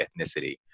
ethnicity